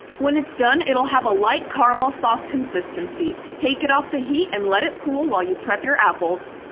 when it's done, it'll have a light caramel sauce consistency. take it off the heat and let it cool while you prep your apples.